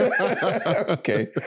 Okay